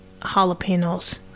jalapenos